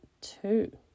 two